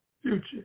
future